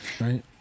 Right